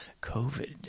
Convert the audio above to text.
COVID